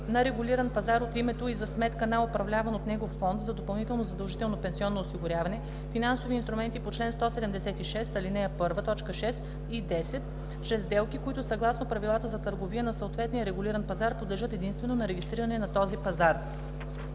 на регулиран пазар от името и за сметка на управляван от него фонд за допълнително задължително пенсионно осигуряване финансови инструменти по чл. 176, ал. 1, т. 6 и 10 чрез сделки, които съгласно правилата за търговия на съответния регулиран пазар подлежат единствено на регистриране на този пазар.